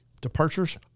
Departures